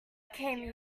came